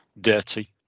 dirty